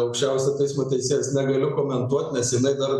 aukščiausio teismo teisėjas negaliu komentuot nes jinai dar